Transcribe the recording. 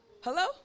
Hello